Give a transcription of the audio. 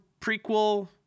prequel